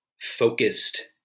focused